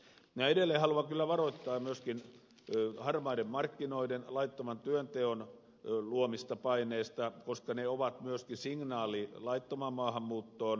minä edelleen haluan kyllä varoittaa myöskin harmaiden markkinoiden laittoman työnteon luomista paineista koska ne ovat myöskin signaali laittomaan maahanmuuttoon